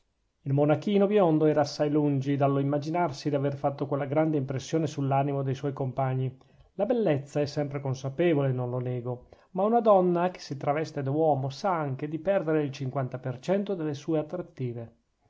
il monachino biondo era assai lungi dallo immaginarsi d'aver fatto quella grande impressione sull'animo de suoi compagni la bellezza è sempre consapevole non lo nego ma una donna che si traveste da uomo sa anche di perdere il cinquanta per cento delle sue attrattive